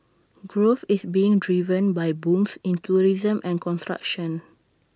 growth is being driven by booms in tourism and construction